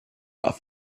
off